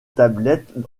tablettes